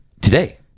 Today